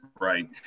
right